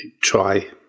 try